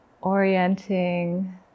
Orienting